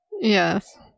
yes